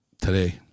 today